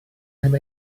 heb